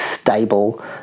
stable